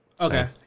Okay